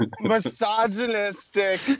misogynistic